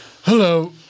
Hello